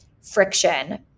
friction